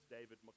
David